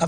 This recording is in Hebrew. כי